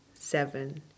seven